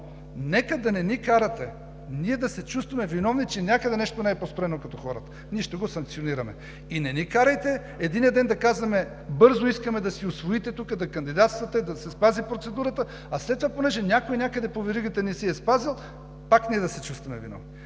обаче да не ни карате да се чувстваме виновни, че някъде нещо не е построено като хората! Ние ще го санкционираме. И не ни карайте единия ден да казваме: бързо искаме да си усвоите тук, да кандидатствате, да се спази процедурата, а след това понеже някой някъде по веригата не си е спазил… Пак ние да се чувстваме виновни.